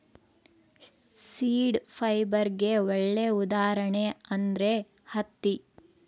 seed ಫೈಬರ್ಗೆ ಒಳ್ಳೆ ಉದಾಹರಣೆ ಅಂದ್ರೆ ಹತ್ತಿ